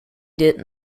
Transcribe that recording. did